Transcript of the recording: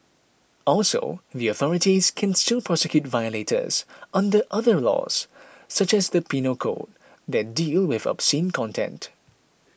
also the authorities can still prosecute violators under other laws such as the Penal Code that deal with obscene content